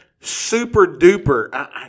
super-duper